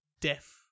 deaf